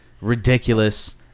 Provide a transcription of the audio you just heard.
ridiculous